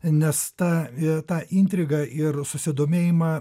nes ta tą intrigą ir susidomėjimą